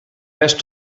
best